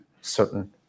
certain